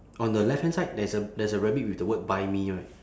on the left hand side there's a there's a rabbit with the word buy me right